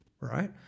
right